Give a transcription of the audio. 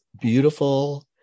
beautiful